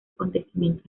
acontecimientos